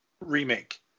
remake